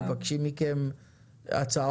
מבקשים מכם הצעות?